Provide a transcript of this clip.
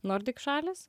nordik šalys